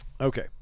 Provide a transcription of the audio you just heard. Okay